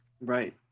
Right